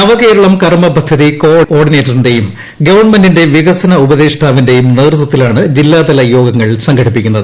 നവകേരളം കർമ്മപദ്ധതി കോ ഓർഡിനേറ്ററിന്റേയും ഗവൺമെന്റിന്റെ വികസന ഉപദേഷ്ടാവിന്റെയും നേതൃത്വത്തിലാണ് ജില്ലാതല യോഗങ്ങൾ സംഘടിപ്പിക്കുന്നത്